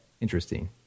Interesting